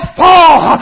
fall